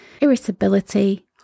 irritability